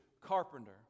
carpenter